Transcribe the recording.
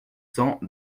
cents